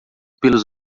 pelos